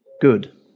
good